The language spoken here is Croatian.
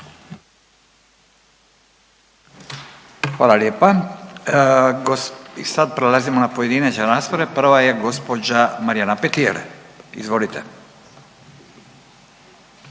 Hvala lijepa. I sad prelazimo na pojedinačne rasprave, prva je gospođa Marijana Petir. Izvolite.